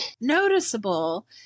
noticeable